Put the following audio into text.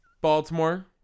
Baltimore